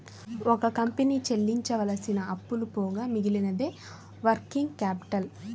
ఒక కంపెనీ చెల్లించవలసిన అప్పులు పోగా మిగిలినదే వర్కింగ్ క్యాపిటల్